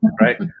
right